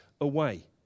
away